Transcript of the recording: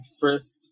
first